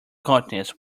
continents